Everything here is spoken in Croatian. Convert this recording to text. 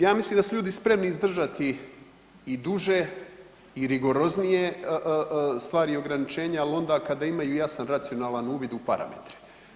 Ja mislim da su ljudi spremni izdržati i duže i rigoroznije stvari i ograničenja, ali onda kad imaju jasan racionalan uvid u parametre.